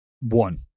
One